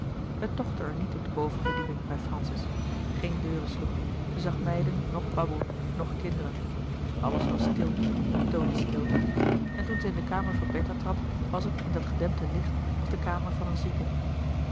het tochtte er niet op de bovenverdieping bij francis geen deuren sloegen zij zag meiden noch baboe noch kinderen alles was stil doodstil en toen zij in de kamer van bertha trad was louis couperus de boeken der kleine zielen het in dat gedempte licht als de kamer van een zieke